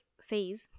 say's